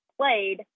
played